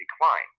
decline